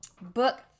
book